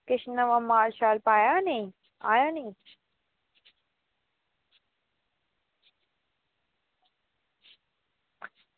किश नमां माल पाया नी आया नी